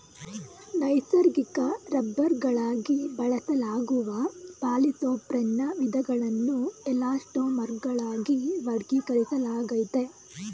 ನೈಸರ್ಗಿಕ ರಬ್ಬರ್ಗಳಾಗಿ ಬಳಸಲಾಗುವ ಪಾಲಿಸೊಪ್ರೆನ್ನ ವಿಧಗಳನ್ನು ಎಲಾಸ್ಟೊಮರ್ಗಳಾಗಿ ವರ್ಗೀಕರಿಸಲಾಗಯ್ತೆ